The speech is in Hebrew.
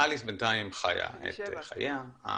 אליס בינתיים חיה את החייה.